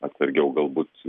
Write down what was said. atsargiau galbūt